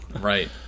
right